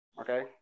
okay